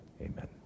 Amen